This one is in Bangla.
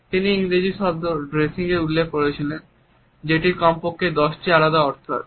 তিনি ইংরেজি শব্দ ড্রেসিং এর উল্লেখ করেছিলেন যেটির কমপক্ষে 10 টি আলাদা অর্থ আছে